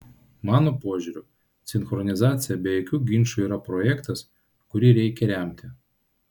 mano požiūriu sinchronizacija be jokių ginčų yra projektas kurį reikia remti